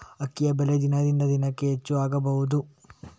ಅಕ್ಕಿಯ ಬೆಲೆ ದಿನದಿಂದ ದಿನಕೆ ಹೆಚ್ಚು ಆಗಬಹುದು?